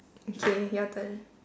okay your turn